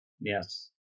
Yes